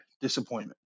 disappointment